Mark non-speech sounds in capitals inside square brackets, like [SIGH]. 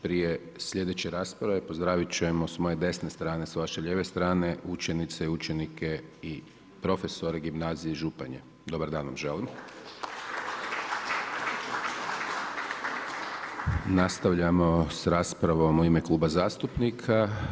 Prije slijedeće rasprave, pozdravit ćemo s moje desne strane, s vaše lijeve strane, učenice i učenike i profesore gimnazije iz Županje, dobar dan vam želim. [APPLAUSE] Nastavljamo sa raspravom u ime kluba zastupnika.